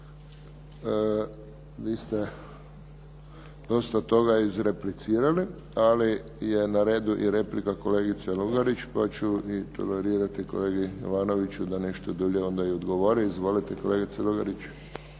Vi ste dosta toga izrecipricirali. Ali je na redu i replika kolegice Lugarić, pa ću tolerirati kolegi Jovanoviću da nešto dulje i onda odgovori. Izvolite kolegice Lugarić.